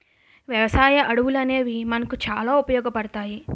వ్యవసాయ అడవులనేవి మనకు చాలా ఉపయోగపడతాయి